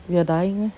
we are dying meh